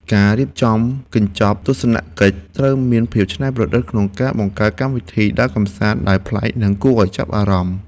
អ្នករៀបចំកញ្ចប់ទស្សនកិច្ចត្រូវមានភាពច្នៃប្រឌិតក្នុងការបង្កើតកម្មវិធីដើរកម្សាន្តដែលប្លែកនិងគួរឱ្យចាប់អារម្មណ៍។